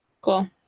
Cool